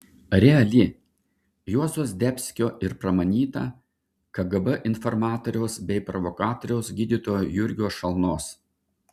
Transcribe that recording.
reali juozo zdebskio ir pramanyta kgb informatoriaus bei provokatoriaus gydytojo jurgio šalnos